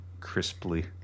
crisply